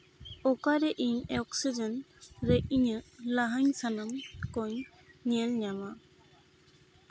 ᱚᱠᱟᱨᱮ ᱤᱧ ᱚᱠᱥᱤᱡᱮᱱ ᱨᱮ ᱤᱧᱟᱹᱜ ᱞᱟᱦᱟᱱ ᱥᱟᱱᱟᱢ ᱠᱚᱧ ᱧᱮᱞ ᱧᱟᱢᱟ